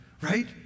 right